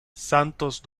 santos